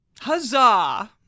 Huzzah